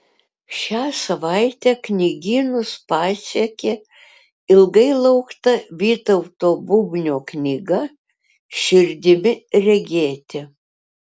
šią savaitę knygynus pasiekė ilgai laukta vytauto bubnio knyga širdimi regėti